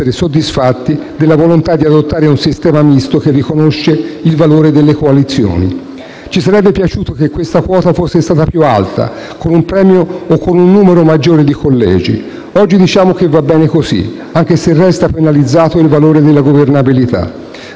quota fosse stata più alta, con un premio o con un numero maggiore di collegi. Oggi diciamo che va bene così, anche se resta penalizzato il valore della governabilità,